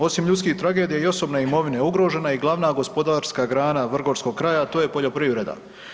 Osim ljudskih tragedija i osobne imovine ugrožena je i glavna gospodarska grana vrgorskog kraja, a to je poljoprivreda.